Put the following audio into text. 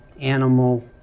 animal